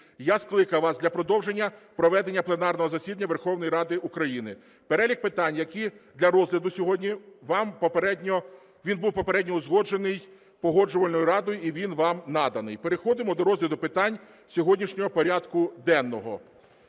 я скликав вас для продовження проведення пленарного засідання Верховної Ради України. Перелік питань, які для розгляду сьогодні, він був попередньо узгоджений Погоджувальною радою, і він вам наданий. Переходимо до розгляду питань сьогоднішнього порядку денного.